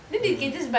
mmhmm